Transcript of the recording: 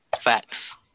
Facts